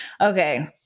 Okay